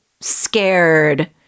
scared